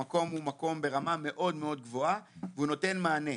המקום הוא ברמה מאוד גבוהה, והוא נותן מענה.